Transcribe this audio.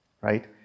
right